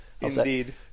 Indeed